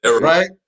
Right